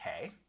okay